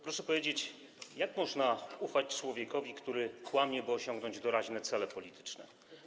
Proszę powiedzieć, jak można ufać człowiekowi, który kłamie, by osiągnąć doraźne cele polityczne?